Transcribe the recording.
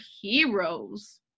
heroes